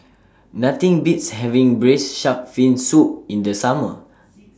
Nothing Beats having Braised Shark Fin Soup in The Summer